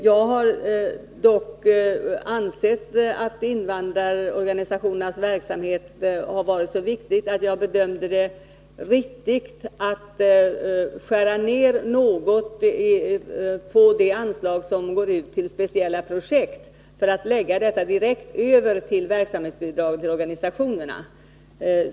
Jag har dock ansett att invandrarorganisationernas verksamhet har varit så viktig att jag bedömt det som riktigt att skära ned något på det anslag som går till speciella projekt för att lägga dessa pengar direkt på verksamhetsbidraget till organisationerna.